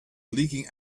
leaking